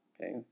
Okay